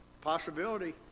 possibility